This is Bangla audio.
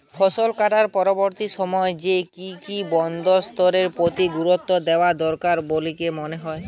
ফসলকাটার পরবর্তী সময় রে কি কি বন্দোবস্তের প্রতি গুরুত্ব দেওয়া দরকার বলিকি মনে হয়?